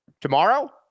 Tomorrow